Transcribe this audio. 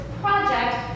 project